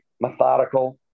methodical